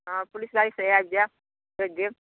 हँ पुलिस गाड़ी से आबि जायब भेज देब